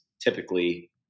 typically